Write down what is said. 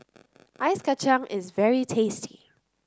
Ice Kacang is very tasty